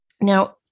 Now